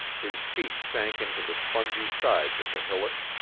his feet sank into the spongy sides of the hillock.